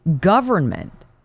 government